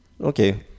okay